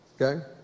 okay